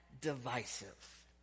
divisive